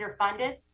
underfunded